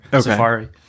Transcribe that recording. safari